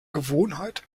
gewohnheit